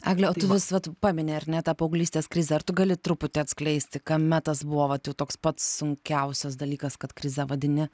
egle o tu vis vat pamini ar ne tą paauglystės krizę ar tu gali truputį atskleisti kame tas buvo vat jau toks pats sunkiausias dalykas kad krize vadini